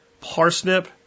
parsnip